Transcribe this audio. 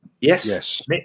Yes